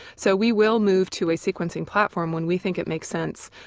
so we will move to a sequencing platform when we think it makes sense.